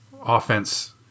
offense